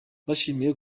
bishimiye